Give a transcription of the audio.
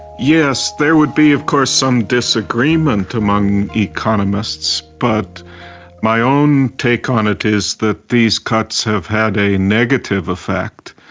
yes, there would be of course some disagreement among economists, but my own take on it is that these cuts have had a negative effect.